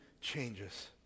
changes